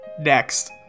Next